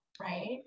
Right